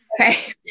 Okay